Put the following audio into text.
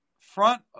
front